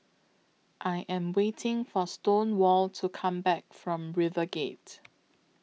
I Am waiting For Stonewall to Come Back from RiverGate